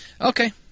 Okay